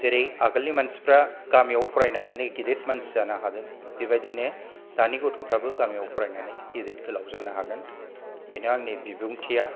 जेरै आगोलनि मानसिफ्रा गामियाव फरायनानै गिदित मोनासि जानो हादों बेबायदि दानि गथ'फ्राबो गामियाव फरायनानै गिदित गोलाव जानो हागोन बेनो आंनि बिबुंथिया